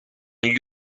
gli